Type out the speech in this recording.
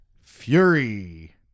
Fury